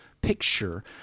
picture